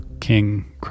king